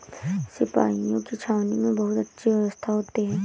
सिपाहियों की छावनी में बहुत अच्छी व्यवस्था होती है